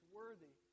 worthy